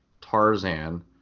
Tarzan